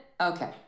Okay